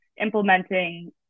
implementing